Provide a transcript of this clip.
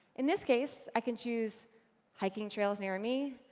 in this case, i can choose hiking trails near me,